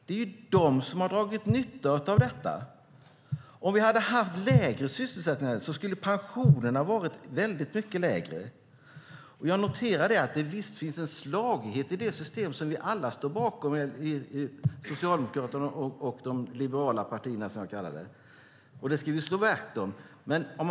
Det är ju de som har dragit nytta av detta. Om vi hade haft lägre sysselsättning skulle pensionerna ha varit väldigt mycket lägre. Jag noterar att det visserligen finns en slagighet i det system som vi alla, Socialdemokraterna och de liberala partierna som jag kallar dem, står bakom och som vi ska slå vakt om.